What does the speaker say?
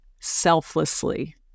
selflessly